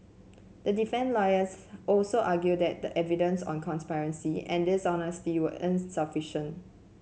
the lawyers also argued that the evidence on conspiracy and dishonesty were insufficient